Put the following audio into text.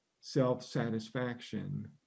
self-satisfaction